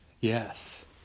Yes